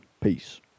Peace